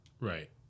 Right